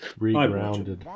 Regrounded